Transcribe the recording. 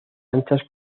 anchas